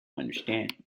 understand